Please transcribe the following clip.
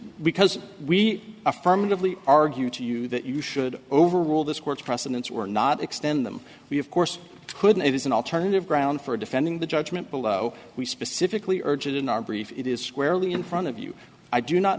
because we affirmatively argue to you that you should overrule this court's precedents we're not extend them we of course couldn't is an alternative ground for defending the judgment below we specifically urge it in our brief it is squarely in front of you i do not